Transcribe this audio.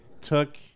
took